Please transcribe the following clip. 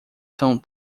são